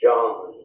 John